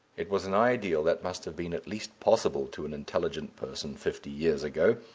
it was an ideal that must have been at least possible to an intelligent person fifty years ago,